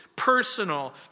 personal